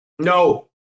No